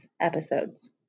episodes